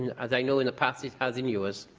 as i know in the past, it has in yours.